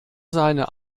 seine